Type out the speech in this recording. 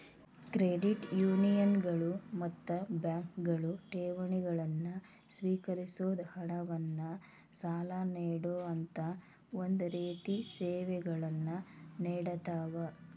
credit ಯೂನಿಯನ್ಗಳು ಮತ್ತ ಬ್ಯಾಂಕ್ಗಳು ಠೇವಣಿಗಳನ್ನ ಸ್ವೇಕರಿಸೊದ್, ಹಣವನ್ನ್ ಸಾಲ ನೇಡೊಅಂತಾ ಒಂದ ರೇತಿ ಸೇವೆಗಳನ್ನ ನೇಡತಾವ